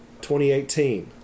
2018